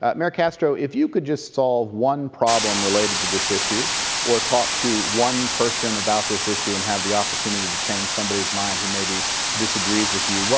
ah mayor castro, if you could just solve one problem related to this issue or talk to one person about this issue and have the opportunity to change somebody's mind who maybe disagrees with you,